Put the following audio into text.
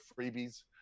freebies